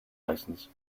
licence